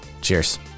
cheers